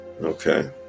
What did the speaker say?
okay